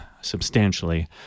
substantially